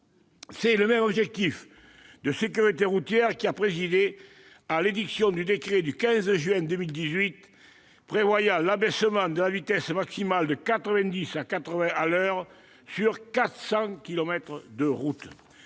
C'est le même objectif de sécurité routière qui a présidé à la parution du décret du 15 juin 2018 prévoyant l'abaissement de la vitesse maximale de 90 à 80 kilomètres par heure